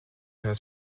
her